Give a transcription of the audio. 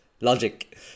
logic